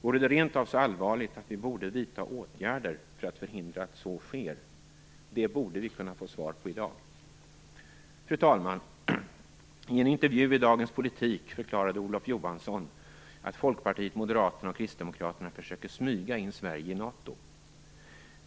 Vore det rent av så allvarligt att vi borde vidta åtgärder för att förhindra att så sker? Det borde vi kunna få svar på i dag. Fru talman! I en intervju i Dagens Politik förklarade Olof Johansson att Folkpartiet, Moderaterna och Kristdemokraterna försöker smyga in Sverige i NATO.